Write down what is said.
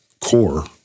core